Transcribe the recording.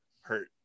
hurt